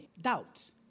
doubt